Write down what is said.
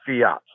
fiat